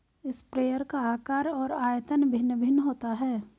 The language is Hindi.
स्प्रेयर का आकार और आयतन भिन्न भिन्न होता है